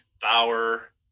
Bauer